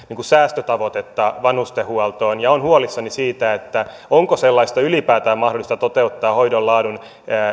säästötavoitetta vanhustenhuoltoon olen huolissani siitä onko sellaista ylipäätään mahdollista toteuttaa hoidon laadun